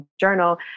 journal